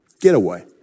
getaway